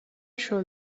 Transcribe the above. show